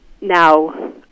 Now